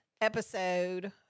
episode